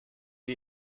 die